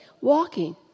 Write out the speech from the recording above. walking